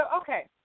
okay